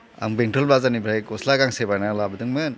आं बेंटल बाजारनिफ्राय गस्ला गांसे बायनानै लाबोदोंमोन